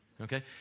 Okay